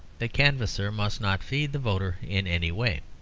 the canvasser must not feed the voter in any way.